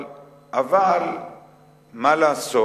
ככה זה, אבל מה לעשות?